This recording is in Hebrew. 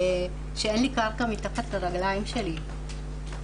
כשאין לי קרקע מתחת לרגליים שלי.